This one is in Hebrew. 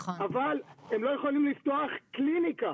אבל הם לא יכולים לפתוח קליניקה,